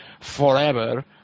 forever